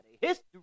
history